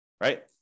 right